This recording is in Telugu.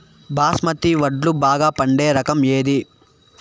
బాస్మతి వడ్లు బాగా పండే రకం ఏది